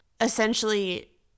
essentially